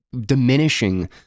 diminishing